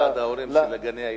ועד ההורים של גני-הילדים?